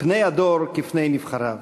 פני הדור כפני נבחריו,